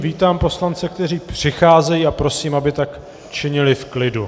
Vítám poslance, kteří přicházejí, a prosím, aby tak činili v klidu.